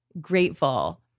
grateful